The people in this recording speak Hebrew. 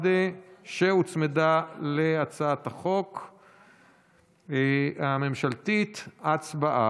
והוועדה שתדון בחוק היא ועדת העבודה והרווחה.